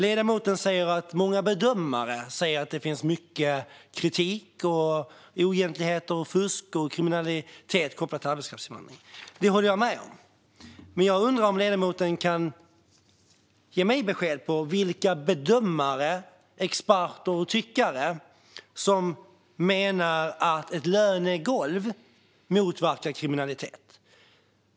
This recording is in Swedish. Ledamoten säger att många bedömare framför kritik och att det finns oegentligheter, fusk och kriminalitet kopplat till arbetskraftsinvandringen. Det håller jag med om. Men jag undrar om ledamoten kan ge mig besked om vilka bedömare, experter och tyckare som menar att ett lönegolv motverkar kriminalitet.